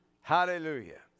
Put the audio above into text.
Hallelujah